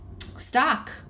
stock